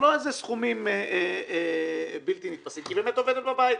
לא איזה סכומים בלתי נתפסים כי היא באמת עובדת בבית.